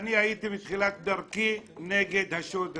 אני הייתי מתחילת דרכי נגד השוד הזה,